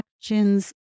actions